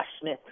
Smith